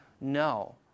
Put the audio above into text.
No